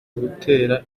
ugutera